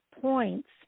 points